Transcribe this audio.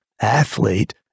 athlete